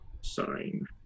sign